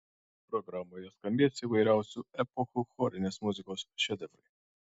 programoje skambės įvairiausių epochų chorinės muzikos šedevrai